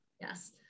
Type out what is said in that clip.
Yes